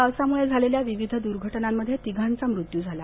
पावासामुळे झालेल्या विविध दुर्घटनामध्ये तिघांचा मृत्यू झाला